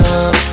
up